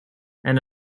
and